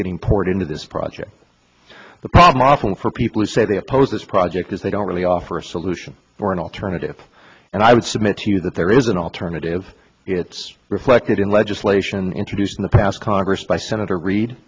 getting poured into this project the problem often for people who say they oppose this project is they don't really offer a solution or an alternative and i would submit to you that there is an alternative it's reflected in legislation introduced in the past congress by senator re